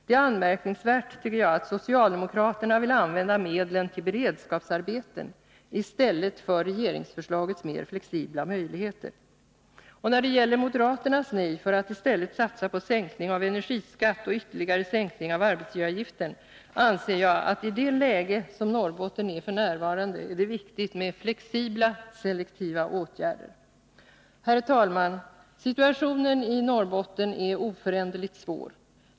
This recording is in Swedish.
Det är anmärkningsvärt att socialdemokraterna vill använda medlen till beredskapsarbeten i stället för regeringsförslagets mer flexibla möjligheter. När det gäller moderaternas nej för att i stället satsa på sänkning av energiskatten och ytterligare sänkning av arbetsgivaravgiften anser jag att det i detta läge är viktigare med flexibla selektiva åtgärder i Norrbotten. Herr talman! Situationen i Norrbotten är oföränderligt svår.